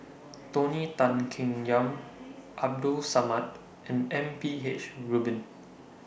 Tony Tan Keng Yam Abdul Samad and M P H Rubin